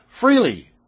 freely